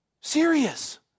Serious